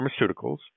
Pharmaceuticals